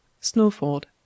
Snowford